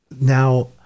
Now